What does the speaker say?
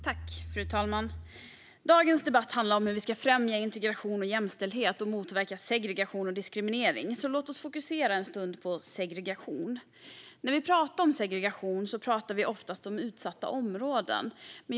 Fru talman! Dagens debatt handlar om hur vi ska främja integration och jämställdhet och motverka segregation och diskriminering. Så låt oss fokusera en stund på segregation. När vi pratar om segregation pratar vi oftast om utsatta områden.